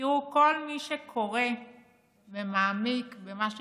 תראו, כל מי שקורא ומעמיק במה שפורסם,